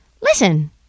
listen